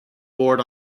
board